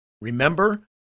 Remember